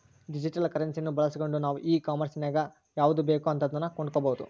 digital ಕರೆನ್ಸಿಯನ್ನ ಬಳಸ್ಗಂಡು ನಾವು ಈ ಕಾಂಮೆರ್ಸಿನಗ ಯಾವುದು ಬೇಕೋ ಅಂತದನ್ನ ಕೊಂಡಕಬೊದು